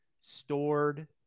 stored